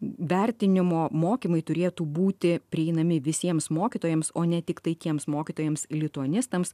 vertinimo mokymai turėtų būti prieinami visiems mokytojams o ne tiktai tiems mokytojams lituanistams